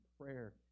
prayer